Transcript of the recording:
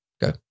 Go